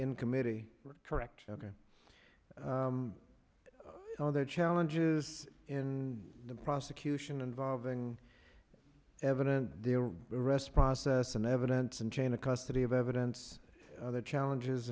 in committee correct ok no the challenges in the prosecution involving evidence rest process in evidence and chain of custody of evidence the challenges